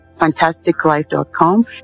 fantasticlife.com